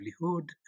livelihood